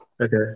Okay